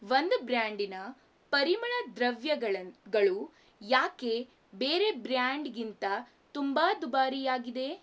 ಒಂದು ಬ್ರ್ಯಾಂಡಿನ ಪರಿಮಳದ್ರವ್ಯಗಳನ್ನ ಗಳು ಯಾಕೆ ಬೇರೆ ಬ್ರ್ಯಾಂಡ್ಗಿಂತ ತುಂಬ ದುಬಾರಿಯಾಗಿದೆ